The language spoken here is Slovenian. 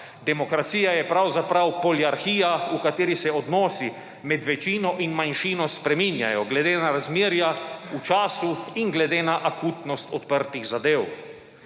Demokracija je pravzaprav poliarhija, v kateri se odnosi med večino in manjšino spreminjajo glede na razmerja v času in glede na akutnost odprtih zadev.